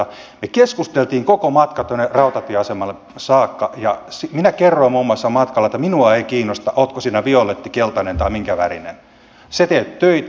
me keskustelimme koko matkan tuonne rautatieasemalle saakka ja minä kerroin matkalla muun muassa että minua ei kiinnosta oletko sinä violetti keltainen tai minkä värinen sinä teet töitä